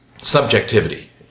subjectivity